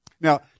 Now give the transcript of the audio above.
Now